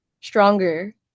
stronger